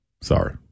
Sorry